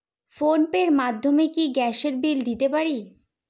Phone pay র মাধ্যমে কি গ্যাসের বিল দিতে পারি?